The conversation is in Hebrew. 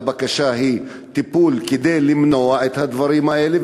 הבקשה היא טיפול כדי למנוע את הדברים האלה,